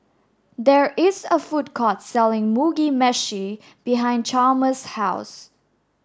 there is a food court selling Mugi Meshi behind Chalmer's house